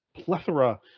plethora